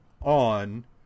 on